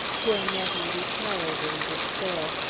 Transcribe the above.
poor nettie retired in despair,